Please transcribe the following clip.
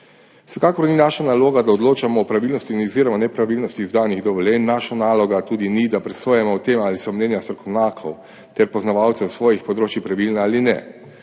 Vsekakor ni naša naloga, da odločamo o pravilnosti oziroma nepravilnosti izdanih dovoljenj, naša naloga tudi ni, da presojamo o tem, ali so mnenja strokovnjakov ter poznavalcev svojih področij pravilna ali ne.